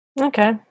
Okay